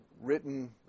written